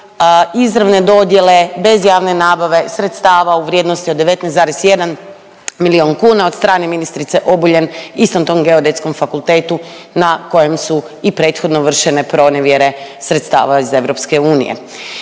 izravne dodjele bez javne nabave, sredstava u vrijednosti od 19,1 milijuna kuna od strane ministrice Obuljen istom tom Geodetskom fakultetu na kojem su i prethodno vršene pronevjere sredstava iz EU.